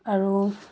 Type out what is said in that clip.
আৰু